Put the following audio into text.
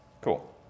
Cool